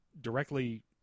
directly